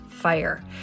fire